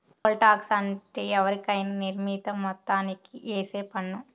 pole tax అంటే ఎవరికైనా నిర్ణీత మొత్తానికి ఏసే పన్ను